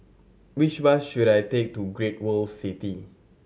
which bus should I take to Great World City